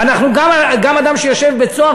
וגם אדם שיושב בבית-סוהר,